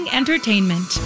entertainment